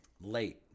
Late